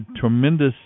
tremendous